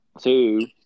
Two